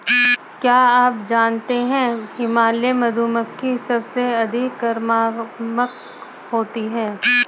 क्या आप जानते है हिमालयन मधुमक्खी सबसे अतिक्रामक होती है?